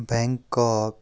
Bangkok